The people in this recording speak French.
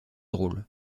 drôle